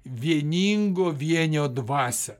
vieningo vienio dvasią